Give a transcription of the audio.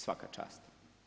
Svaka čast.